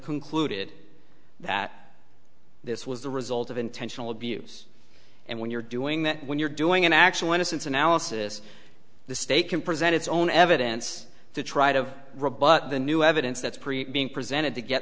concluded that this was the result of intentional abuse and when you're doing that when you're doing an actual innocence analysis the state can present its own evidence to try to rebut the new evidence that's pretty being presented to get